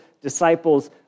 disciples